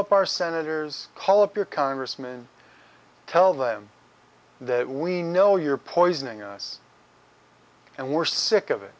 up our senators call up your congressman and tell them that we know you're poisoning us and we're sick of it